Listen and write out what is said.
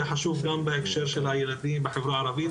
זה חשוב בהקשר של הילדים בחברה הערבית,